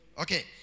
Okay